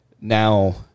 now